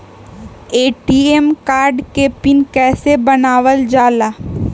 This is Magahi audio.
ए.टी.एम कार्ड के पिन कैसे बनावल जाला?